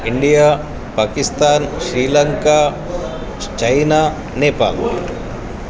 India Pakistan Sri Lanka China Nepal